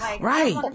Right